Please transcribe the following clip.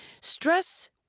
stress